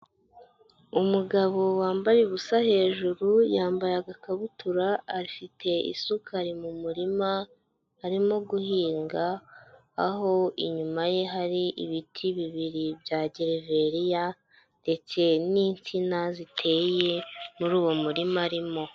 Umugabo wambaye ubusa hejuru, yambaye agakabutura, afite isuka ari mu murima arimo guhinga, aho inyuma ye hari ibiti bibiri bya gereveriya ndetse n'insina ziteye muri uwo murima arimo.